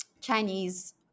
Chinese